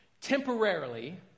temporarily